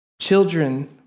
Children